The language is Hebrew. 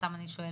סתם אני שואלת,